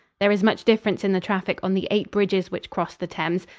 there is much difference in the traffic on the eight bridges which cross the thames.